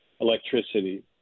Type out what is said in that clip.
electricity